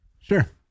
Sure